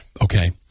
Okay